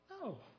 No